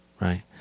right